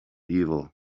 evil